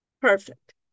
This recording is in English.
Perfect